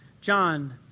John